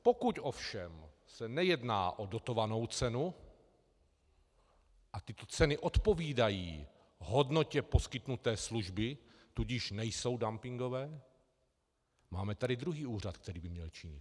Pokud ovšem se nejedná o dotovanou cenu a tyto ceny odpovídají hodnotě poskytnuté služby, tudíž nejsou dumpingové, máme tady druhý úřad, který by měl činit.